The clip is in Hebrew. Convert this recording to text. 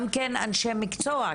גם כן אנשי מקצוע,